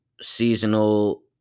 seasonal